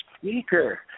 speaker